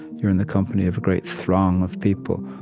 you're in the company of a great throng of people,